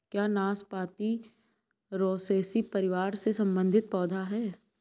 क्या नाशपाती रोसैसी परिवार से संबंधित पौधा होता है?